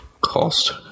cost